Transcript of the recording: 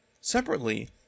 Separately